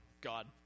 God